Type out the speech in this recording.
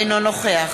אינו נוכח